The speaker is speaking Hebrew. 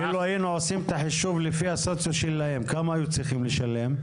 אם לא היינו עושים את החישוב לפי הסוציו שלהם כמה היו צריכים לשלם?